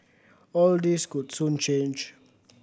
all this could soon change